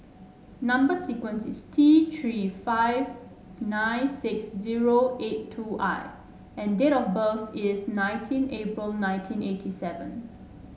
number sequence is T Three five nine six zero eight two I and date of birth is nineteen April nineteen eighty seven